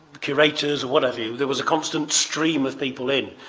curators what have you, there was a constant stream of people in.